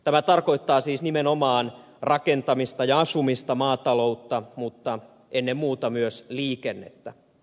tämä tarkoittaa siis nimenomaan rakentamista ja asumista maataloutta mutta ennen muuta myös liikennettä